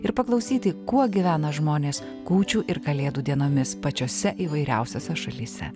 ir paklausyti kuo gyvena žmonės kūčių ir kalėdų dienomis pačiose įvairiausiose šalyse